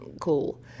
cool